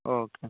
okay